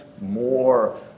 more